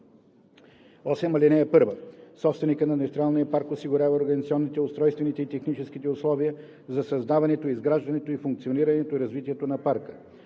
8: „Чл. 8. (1) Собственикът на индустриалния парк осигурява организационните, устройствените и техническите условия за създаването, изграждането, функционирането и развитието на парка.